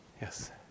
Yes